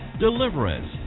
Deliverance